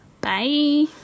Bye